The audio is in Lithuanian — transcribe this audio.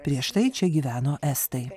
prieš tai čia gyveno estai